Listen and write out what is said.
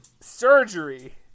Surgery